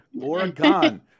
Oregon